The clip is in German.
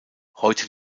heute